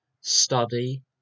study